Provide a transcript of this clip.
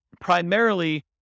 primarily